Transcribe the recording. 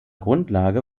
grundlage